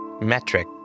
metric